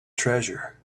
treasure